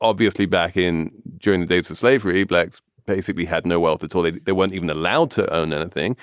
obviously back in during the days of slavery, blacks basically had no wealth until they they weren't even allowed to own anything.